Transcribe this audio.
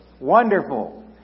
wonderful